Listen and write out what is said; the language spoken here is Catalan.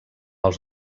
els